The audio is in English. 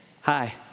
hi